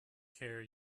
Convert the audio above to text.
care